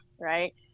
right